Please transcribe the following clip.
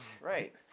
Right